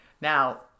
Now